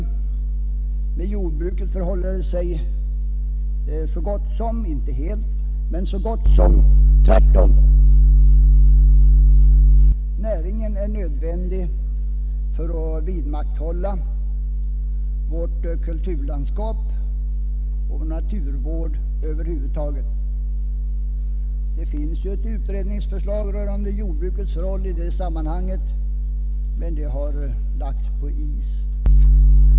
När det gäller jordbruket är förhållandet så gott som — men inte helt — det motsatta. Näringen är nödvändig för att vidmakthålla vårt kulturlandskap och för att möjliggöra naturvård över huvud taget. Det finns ett utredningsförslag rörande jordbrukets roll i det sammanhanget, men det har lagts på is.